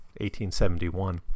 1871